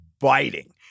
biting